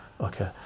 Okay